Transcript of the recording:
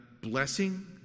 blessing